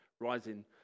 rising